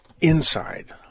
inside